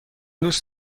دوست